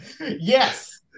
Yes